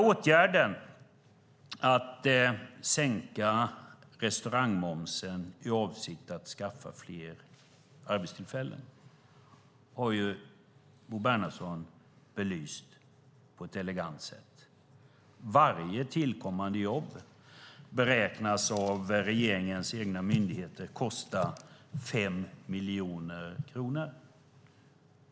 Åtgärden att sänka restaurangmomsen i avsikt att skaffa fler arbetstillfällen har Bo Bernhardsson belyst på ett elegant sätt. Varje tillkommande jobb beräknas av regeringens egna myndigheter kosta 5 miljoner kronor.